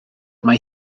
mai